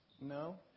No